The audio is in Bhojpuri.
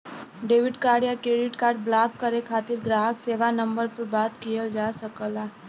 डेबिट कार्ड या क्रेडिट कार्ड ब्लॉक करे खातिर ग्राहक सेवा नंबर पर बात किहल जा सकला